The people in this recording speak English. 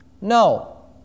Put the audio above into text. No